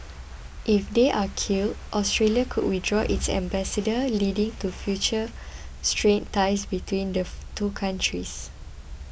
if they are killed Australia could withdraw its ambassador leading to future strained ties between the two countries